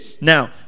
now